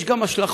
יש גם השלכות,